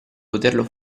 poterlo